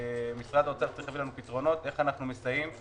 משרד האוצר צריך לתת פתרונות, איך אנו מסייעים.